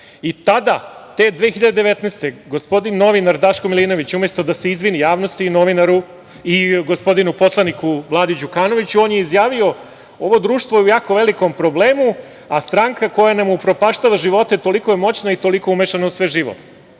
i tada te 2019. godine gospodin novinar Daško Milinović umesto da se izvini javnosti i gospodinu poslaniku Vladi Đukanoviću, on je izjavio – ovo društvo je u jako velikom problemu, a stranka koja nam upropaštava živote toliko je moćna i toliko umešana u sve živo.